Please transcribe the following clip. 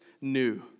new